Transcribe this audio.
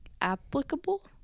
applicable